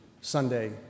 Sunday